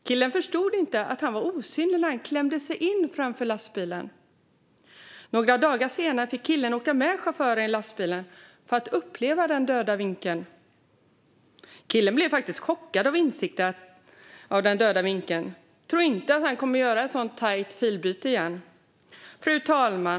Killen förstod inte att han var osynlig när han klämde sig in framför lastbilen. Några dagar senare fick killen åka med chauffören i lastbilen för att uppleva den döda vinkeln. Killen blev faktiskt chockad av insikten om den döda vinkeln. Jag tror inte att han kommer att göra ett sådant tajt filbyte igen. Fru talman!